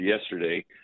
yesterday